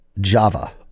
Java